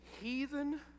heathen